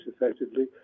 effectively